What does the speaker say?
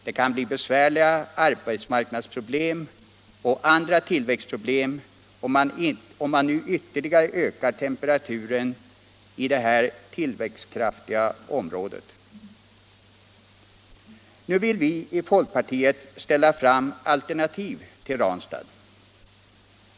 Det kan bli besvärliga arbetsmarknadsoch tillväxtproblem, om man ytterligare ökar temperaturen i detta tillväxtkraftiga område. Nu vill vi i folkpartiet ställa fram alternativ till Ranstad.